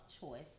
choice